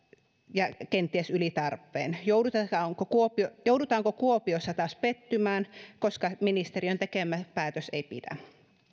ja kenties yli tarpeen joudutaanko kuopiossa joudutaanko kuopiossa taas pettymään koska ministeriön tekemä päätös ei pidä